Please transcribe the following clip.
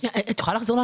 את יכולה לחזור?